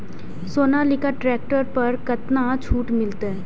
Sonalika tractor पर केतना छूट मिलते?